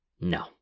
No